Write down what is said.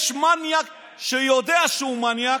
יש מניאק שהוא יודע שהוא מניאק.